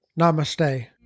Namaste